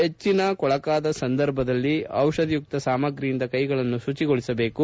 ಹೆಚ್ಚಿನ ಕೊಳಕಾದ ಸಂದರ್ಭದಲ್ಲಿ ಜಿಷಧಿಯುಕ್ತ ಸಾಮಗ್ರಿಯಿಂದ ಕೈಗಳನ್ನು ಶುಚಿಗೊಳಿಸಿಕೊಳ್ಳಬೇಕು